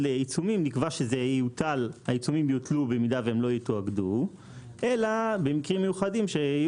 עיצומים שהעיצומים יוטלו אם הם לא יתואגדו אלא במקרים מיוחדים.